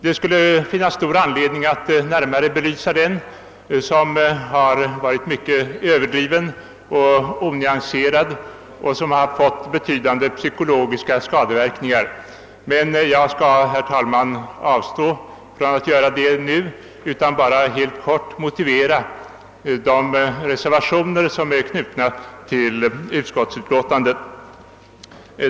Det skulle finnas stor anledning att närmare belysa denna debatt, som har varit mycket överdriven och onyanserad och som har fått betydande psykologiska skadeverkningar, men jag skall, herr talman, avstå från att göra det nu och vill bara helt kort motivera de reservationer som är knutna till utskottsutlåtandet.